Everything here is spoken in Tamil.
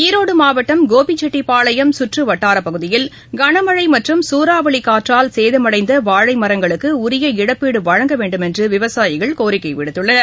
ஈரோடு மாவட்டம் கோபிச்செட்டிபாளையம் சுற்று வட்டாரப் பகுதியில் கனமழை மற்றும் சூறாவளி காற்றினால் சேதமடைந்த வாழை மரங்களுக்கு உரிய இழப்பீடு வழங்க வேண்டும் என்று விவசாயிகள் கோரிக்கை விடுத்துள்ளனர்